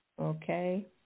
Okay